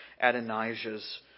Adonijah's